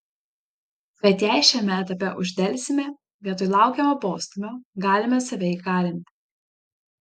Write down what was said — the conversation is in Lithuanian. bet jei šiame etape uždelsime vietoj laukiamo postūmio galime save įkalinti